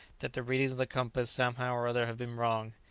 that the readings of the compass, somehow or other, have been wrong.